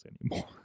anymore